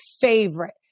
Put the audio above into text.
favorite